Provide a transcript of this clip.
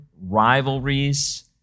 rivalries